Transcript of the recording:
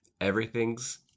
Everything's